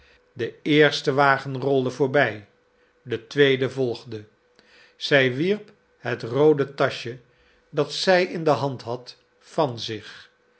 de eerste wagen rolde voorbij de tweede volgde zij wierp het roode taschje dat zij in de hand had van zich